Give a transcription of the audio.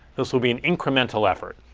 this will be an incremental effort.